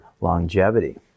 longevity